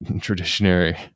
traditionary